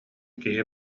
киһи